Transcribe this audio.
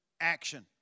action